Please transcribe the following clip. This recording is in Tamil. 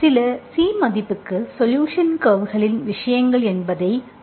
சில C மதிப்புக்கு சொலுஷன் கர்வ்களில் விஷயங்கள் என்பதை காணலாம்